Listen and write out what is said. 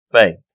faith